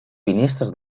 finestres